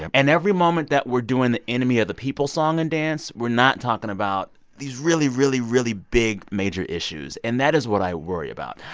and every moment that we're doing the enemy-of-the-people song and dance, we're not talking about these really, really, really big, major issues. and that is what i worry about.